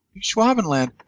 Schwabenland